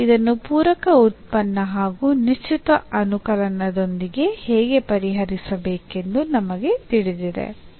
ಮತ್ತು ಇದನ್ನು ಪೂರಕ ಉತ್ಪನ್ನ ಹಾಗೂ ನಿಶ್ಚಿತ ಅನುಕಲನದೊಂದಿಗೆ ಹೇಗೆ ಪರಿಹರಿಸಬೇಕೆಂದು ನಮಗೆ ತಿಳಿದಿದೆ